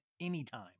anytime